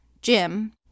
Jim